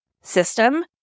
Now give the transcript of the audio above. system